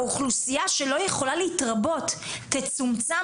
האוכלוסייה שלא יכולה להתרבות תצומצם